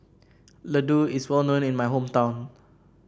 Ladoo is well known in my hometown